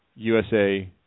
USA